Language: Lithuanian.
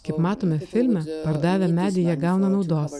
kaip matome filme pardavę medį jie gauna naudos